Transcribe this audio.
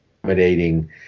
accommodating